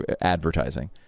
advertising